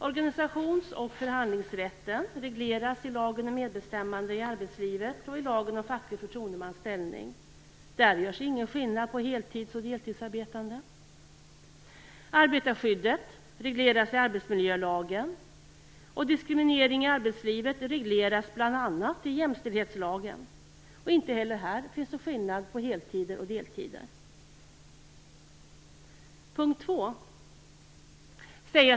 Organisations och förhandlingsrätten regleras i lagen om medbestämmande i arbetslivet och i lagen om facklig förtroendemans ställning. Där görs ingen skillnad på heltids och deltidsarbetande. Arbetarskyddet regleras i arbetsmiljölagen, och diskriminering i arbetslivet regleras bl.a. i jämställdhetslagen. Inte heller här finns någon skillnad för heltider och deltider. 2.